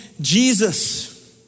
Jesus